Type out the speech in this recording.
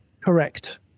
correct